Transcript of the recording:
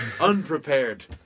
unprepared